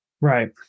right